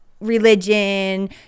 religion